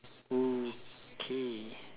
okay